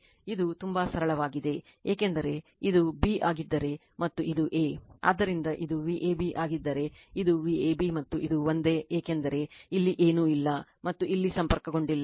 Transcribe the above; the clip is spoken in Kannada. ಇದು ತುಂಬಾ ಸರಳವಾಗಿದೆ ಏಕೆಂದರೆ ಇದು b ಆಗಿದ್ದರೆ ಮತ್ತು ಇದು a ಆದ್ದರಿಂದ ಇದು Vab ಆಗಿದ್ದರೆ ಇದು Vab ಮತ್ತು ಇದು ಒಂದೇ ಏಕೆಂದರೆ ಇಲ್ಲಿ ಏನೂ ಇಲ್ಲ ಮತ್ತು ಇದು ಸಂಪರ್ಕಗೊಂಡಿಲ್ಲ